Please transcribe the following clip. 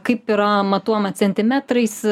kaip yra matuojama centimetrais